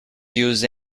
use